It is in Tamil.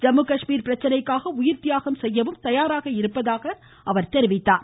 ஜம்மு காஷ்மீர் பிரச்சனைக்காக உயிர்த்தியாகம் செய்யவும் தயாராக இருப்பதாக குறிப்பிட்டார்